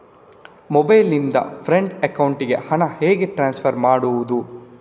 Mobile ನಿಂದ friend ಅಕೌಂಟಿಗೆ ಹಣ ಹೇಗೆ ಟ್ರಾನ್ಸ್ಫರ್ ಮಾಡುವುದು?